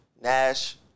Nash